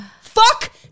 Fuck